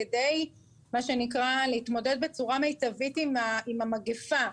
כדי להתמודד בצורה מיטבית עם המגפה.